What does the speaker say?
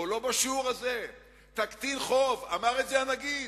או לא בשיעור הזה, תקטין חוב, אמר את זה הנגיד,